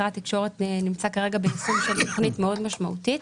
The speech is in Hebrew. משרד התקשורת נמצא כרגע בעיצומה של תוכנית מאוד משמעותית